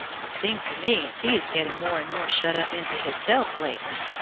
it seems to me as he is getting more and more shut up into hisself lately.